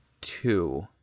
two